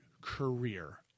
career